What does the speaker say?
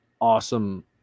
awesome